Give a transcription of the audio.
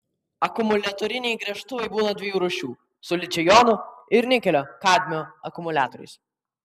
akumuliatoriniai gręžtuvai būna dviejų rūšių su ličio jonų ir nikelio kadmio akumuliatoriais